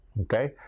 Okay